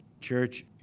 church